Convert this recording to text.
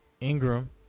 Ingram